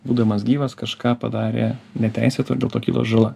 būdamas gyvas kažką padarė neteisėto ir dėl to kilo žala